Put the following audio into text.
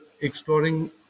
exploring